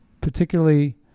Particularly